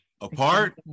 Apart